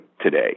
today